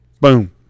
boom